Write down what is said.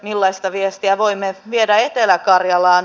millaista viestiä voimme viedä etelä karjalaan